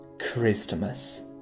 Christmas